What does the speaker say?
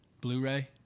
blu-ray